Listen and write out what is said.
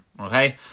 okay